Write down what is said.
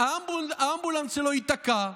האמבולנס שלו ייתקע,